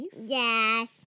Yes